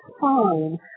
fine